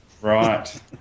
Right